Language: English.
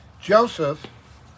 Joseph